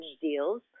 deals